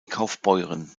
kaufbeuren